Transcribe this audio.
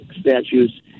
statues